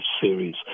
series